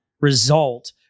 result